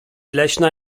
leśna